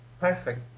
perfect